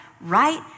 right